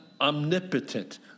omnipotent